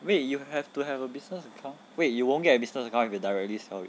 wait you have to have a business account wait you won't get a business account if you directly sell it